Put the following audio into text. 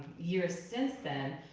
years since then,